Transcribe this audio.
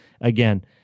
again